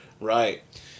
Right